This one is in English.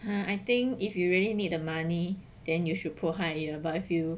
I think if you really need the money then you should 迫害 lor but I feel